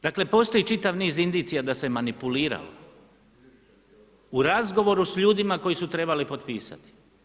Dakle postoji čitav niz indicija da se manipuliralo u razgovoru s ljudima koji su trebali potpisati.